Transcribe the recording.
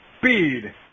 Speed